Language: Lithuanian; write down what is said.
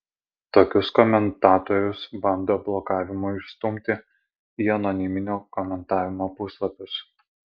tokius komentatorius bando blokavimu išstumti į anoniminio komentavimo puslapius